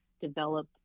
develop